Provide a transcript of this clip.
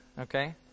Okay